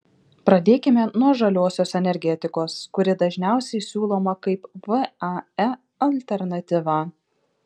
pradėkime nuo žaliosios energetikos kuri dažniausiai siūloma kaip vae alternatyva